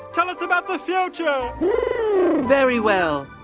tell us about the future very well.